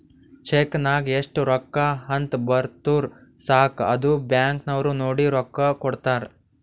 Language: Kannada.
ಚೆಕ್ ನಾಗ್ ಎಸ್ಟ್ ರೊಕ್ಕಾ ಅಂತ್ ಬರ್ದುರ್ ಸಾಕ ಅದು ಬ್ಯಾಂಕ್ ನವ್ರು ನೋಡಿ ರೊಕ್ಕಾ ಕೊಡ್ತಾರ್